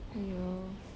oh ya